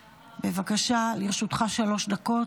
בבקשה, לרשותך שלוש דקות.